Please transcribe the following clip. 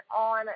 on